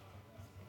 הבאה